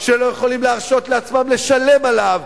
שלא יכולים להרשות לעצמם לשלם עליו.